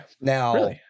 Now